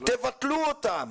תבטלו אותם.